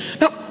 Now